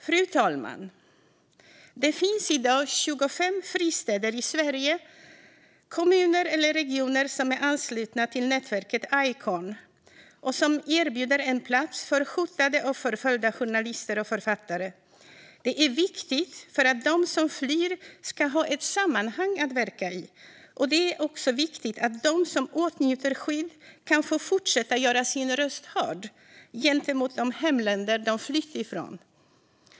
Fru talman! Det finns i dag 25 fristäder i Sverige i form av kommuner eller regioner som är anslutna till nätverket Icorn och som erbjuder en plats för hotade och förföljda journalister och författare. Det är viktigt för att de som flyr ska ha ett sammanhang att verka i, och det är också viktigt att de som åtnjuter skydd kan få fortsätta att göra sin röst hörd gentemot de hemländer de flytt ifrån.